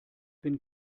bin